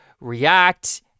React